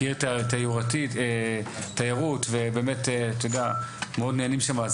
כעיר תיירות ובאמת אתה יודע מאוד נהנים שמה,